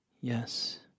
yes